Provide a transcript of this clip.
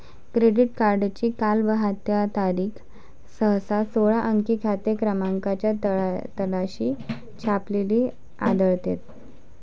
credit कार्डची कालबाह्यता तारीख सहसा सोळा अंकी खाते क्रमांकाच्या तळाशी छापलेली आढळते